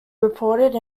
reported